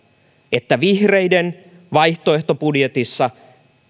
että vihreiden vaihtoehtobudjetissa